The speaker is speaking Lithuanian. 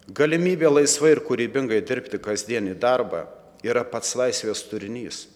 galimybė laisvai ir kūrybingai dirbti kasdienį darbą yra pats laisvės turinys